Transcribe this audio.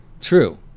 True